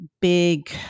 big